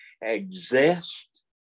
exist